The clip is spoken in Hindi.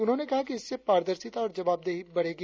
उन्होंने कहा कि इससे पारदर्शिता और जवाबदेही बढ़ेगी